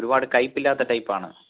ഒരുപാട് കൈപ്പില്ലാത്ത ടൈപ്പാണ്